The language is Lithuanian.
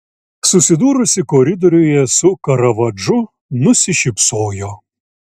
susidūrusi koridoriuje su karavadžu nusišypsojo